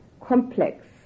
complex